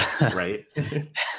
right